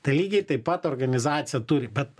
tai lygiai taip pat organizacija turi bet